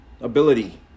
ability